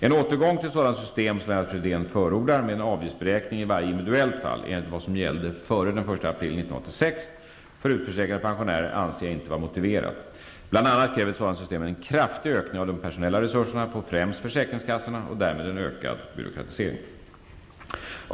En återgång till ett sådant system som Lennart Fridén förordar, med en avgiftsberäkning i varje individuellt fall enligt vad som gällde före den 1 april 1986 för utförsäkrade pensionärer anser jag inte vara motiverat. Bl.a. kräver ett sådant system en kraftig ökning av de personella resurserna på främst försäkringskassorna och därmed en ökad byråkratisering.